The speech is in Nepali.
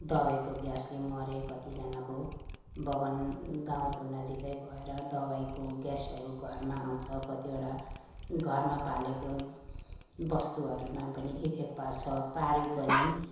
दबाईको ग्यासले मरे कतिजनाको बगान गाउँको नजिकै भएर दबाईको ग्यासहरू घरमा आउँछ कतिवटा घरमा पालेको वस्तुहरूमा पनि इफेक्ट पर्छ पाऱ्यो पनि